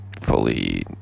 fully